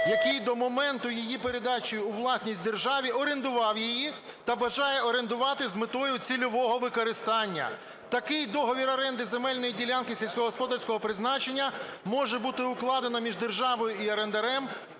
який до моменту її передачі у власність держави орендував її та бажає орендувати з метою цільового використання. Такий договір оренди земельної ділянки сільськогосподарського призначення може бути укладено між державою і орендарем